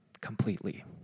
completely